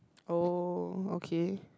oh okay